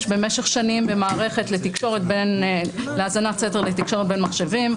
במשך שנים במערכת להאזנת סתר לתקשורת בין מחשבים,